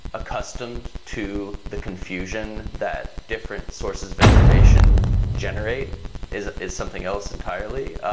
accustomed to the confusion that different sources of information generate is is something else entirely.